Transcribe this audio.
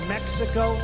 Mexico